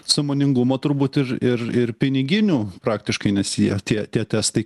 sąmoningumo turbūt ir ir ir piniginių praktiškai nes jie tie tie testai